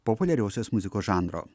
populiariosios muzikos žanro